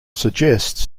suggests